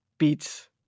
beats